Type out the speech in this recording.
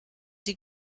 die